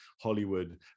hollywood